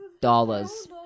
Dollars